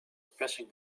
pressing